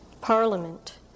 Parliament